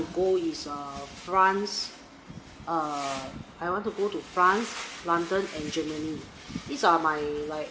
go is err france err I want to go to france london and germany these are my like